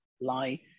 lie